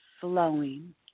flowing